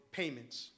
payments